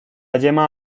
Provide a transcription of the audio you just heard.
yema